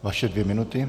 Vaše dvě minuty.